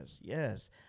yes